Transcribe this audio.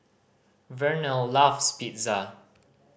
Vernelle loves Pizza